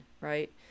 right